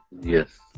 yes